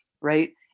right